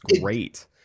great